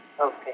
Okay